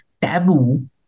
taboo